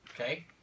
Okay